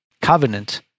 covenant